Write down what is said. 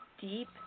deep